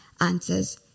answers